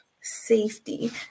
safety